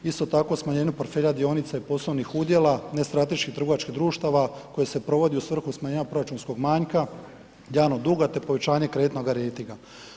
Isto tako smanjenju portfelja dionice poslovnih udjela, nestrateških trgovačkih društava koje se provodi u svrhu smanjenja proračunskog manjka, javnog duga te povećanje kreditnog rejtinga.